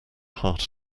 heart